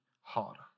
harder